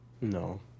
No